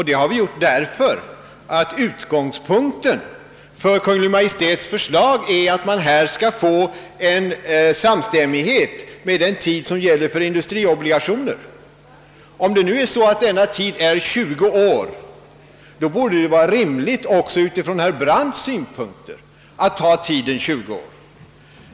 Det har vi gjort därför att utgångspunkten för Kungl. Maj:ts förslag är att man här skall få samstämmighet med den tid som gäller för industriobligationer. Om det nu är så att denna tid är 20 år, borde det ju vara rimligt också utifrån herr Brandts synpunkter att ha tiden 20 år även för aktier.